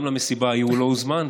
גם למסיבה ההיא הוא לא הוזמן,